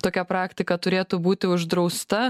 tokia praktika turėtų būti uždrausta